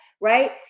right